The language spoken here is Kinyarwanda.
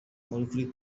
kuri